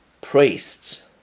priests